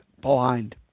blind